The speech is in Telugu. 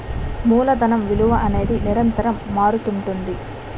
మూలధనం విలువ అనేది నిరంతరం మారుతుంటుంది